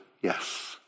yes